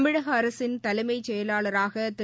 தமிழக அரசின் தலைமைச் செயலாளராக திரு